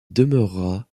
demeurera